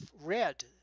read